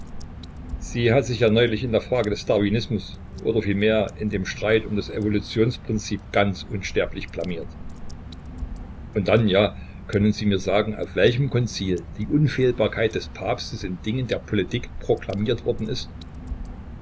sie hat sich ja neulich in der frage des darwinismus oder vielmehr in dem streit um das evolutionsprinzip ganz unsterblich blamiert und dann ja können sie mir sagen auf welchem konzil die unfehlbarkeit des papstes in dingen der politik proklamiert worden ist